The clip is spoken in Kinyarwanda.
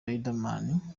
riderman